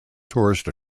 tourist